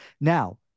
Now